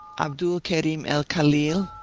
abdul-kerim el-khalil,